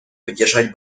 поддержать